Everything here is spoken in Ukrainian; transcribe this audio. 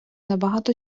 набагато